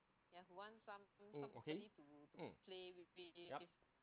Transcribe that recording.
mm okay mm yup